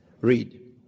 Read